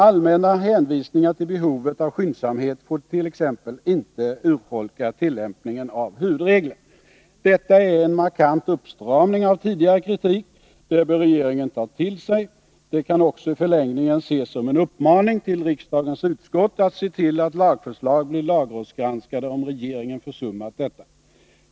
Allmänna hänvisningar till behovet av skyndsamhet får t.ex. inte urholka tillämpningen av huvudregeln.” Detta är en markant uppstramning av tidigare kritik. Det bör regeringen ta till sig. Det kan också i förlängningen ses som en uppmaning till riksdagens utskott att se till att lagförslag blir lagrådsgranskade om regeringen försummat detta.